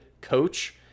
coach